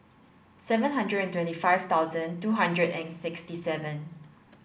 seven hundred and twenty five thousand two hundred and sixty seven